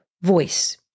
voice